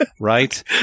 right